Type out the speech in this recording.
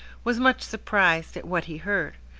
was much surprised at what he heard.